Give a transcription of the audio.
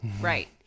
Right